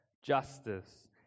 justice